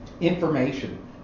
information